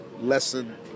lesson